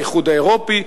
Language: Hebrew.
האיחוד האירופי,